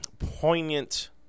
Poignant